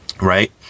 right